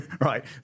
right